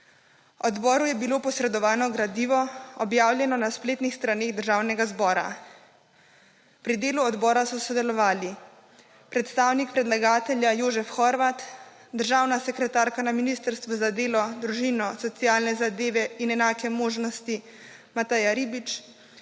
Odboru je bilo posredovano gradivo, objavljeno na spletnih straneh Državnega zbora. Pri delu odbora so sodelovali predstavnik predlagatelja Jožef Horvat, državna sekretarka na Ministrstvu za delo, družino, socialne zadeve in enake možnosti Mateja Ribič,